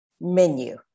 menu